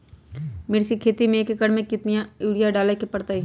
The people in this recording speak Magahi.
मिर्च के खेती में एक एकर में कितना यूरिया डाले के परतई?